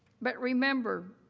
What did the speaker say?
but, remember,